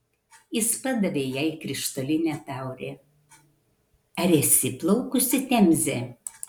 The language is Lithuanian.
jis padavė jai krištolinę taurę ar esi plaukusi temze